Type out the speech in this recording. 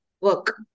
work